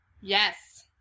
Yes